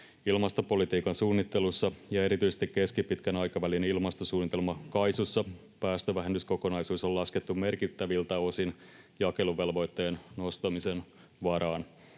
Ilmastopolitiikan suunnittelussa ja erityisesti keskipitkän aikavälin ilmastosuunnitelma KAISUssa päästövähennyskokonaisuus on laskettu merkittäviltä osin jakeluvelvoitteen nostamisen varaan.